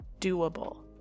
doable